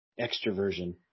extroversion